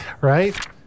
Right